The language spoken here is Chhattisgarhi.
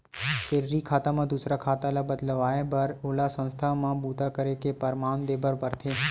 सेलरी खाता म दूसर खाता ल बदलवाए बर ओला संस्था म बूता करे के परमान देबर परथे